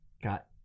Got